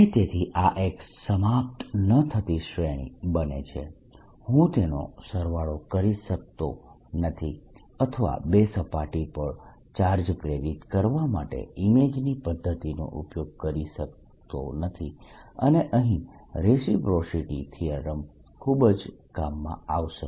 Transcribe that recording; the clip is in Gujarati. અને તેથી આ એક સમાપ્ત ન થતી શ્રેણી બને છે હું તેનો સરવાળો કરી શકતો નથી અથવા બે સપાટી પર ચાર્જ પ્રેરિત કરવા માટે ઈમેજની પદ્ધતિનો ઉપયોગ કરી શકતો નથી અને અહીં રેસિપ્રોસિટી થીયરમ ખૂબ જ કામમાં આવશે